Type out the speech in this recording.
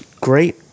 great